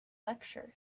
lecture